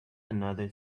another